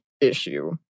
issue